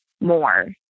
more